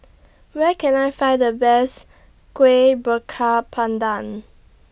Where Can I Find The Best Kueh Bakar Pandan